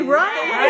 right